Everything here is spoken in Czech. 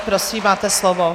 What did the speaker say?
Prosím, máte slovo.